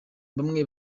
bamwe